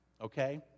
okay